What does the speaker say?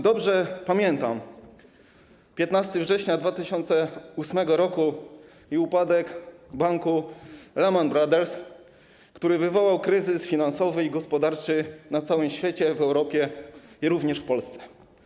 Dobrze pamiętam 15 września 2008 r. i upadek banku Lehman Brothers, który wywołał kryzys finansowy i gospodarczy na całym świecie, w Europie i również w Polsce.